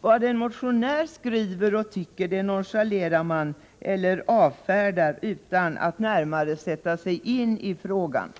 Vad en motionär skriver och tycker nonchalerar man eller avfärdar utan att närmare sätta sig in i frågan.